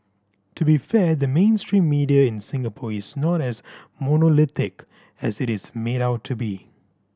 to be fair the mainstream media in Singapore is not as monolithic as it is made out to be